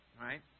right